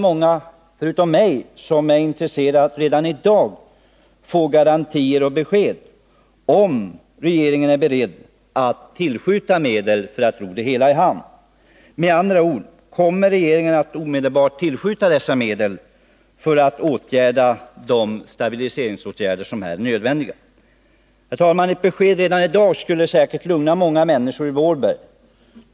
Många med mig är intresserade av att redan i dag få garantier för att regeringen är beredd att tillskjuta medel för att ro det hela i hamn. Med andra ord: Kommer regeringen att omedelbart tillskjuta medel för de stabiliseringsåtgärder som är nödvändiga? Ett besked om detta redan i dag skulle säkert lugna många människor i Vålberg.